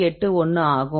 81 ஆகும்